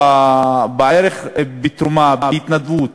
לתת, בתרומה, בהתנדבות,